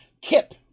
Kip